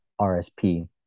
RSP